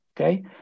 okay